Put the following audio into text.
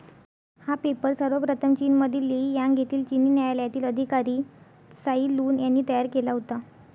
हा पेपर सर्वप्रथम चीनमधील लेई यांग येथील चिनी न्यायालयातील अधिकारी त्साई लुन यांनी तयार केला होता